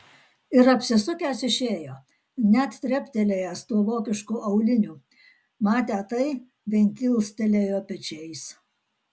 ir apsisukęs išėjo net treptelėjęs tuo vokišku auliniu matę tai vien kilstelėjo pečiais